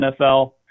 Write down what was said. NFL